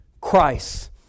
Christ